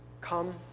come